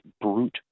brute